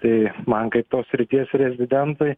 tai man kaip tos srities rezidentui